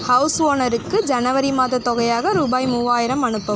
house ஓனருக்கு ஜனவரி மாதத் தொகையாக ரூபாய் மூவாயிரம் அனுப்பவும்